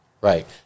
Right